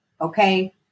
okay